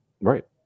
Right